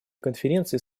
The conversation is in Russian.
конференции